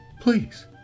please